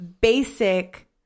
basic